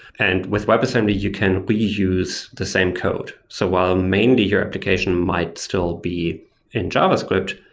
and with webassembly, you can reuse the same code. so while mainly your application might still be in javascript,